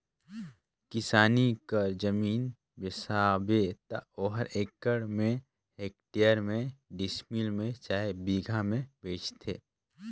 किसानी कर जमीन बेसाबे त ओहर एकड़ में, हेक्टेयर में, डिसमिल में चहे बीघा में बेंचाथे